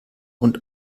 und